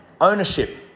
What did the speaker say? Ownership